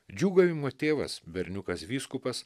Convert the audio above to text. džiūgavimo tėvas berniukas vyskupas